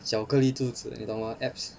巧克力肚子你懂吗 abs